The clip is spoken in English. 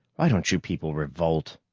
why don't you people revolt?